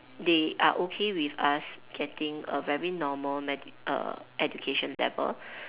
they are okay with us getting a very normal medic~ education level